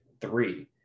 three